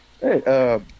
Hey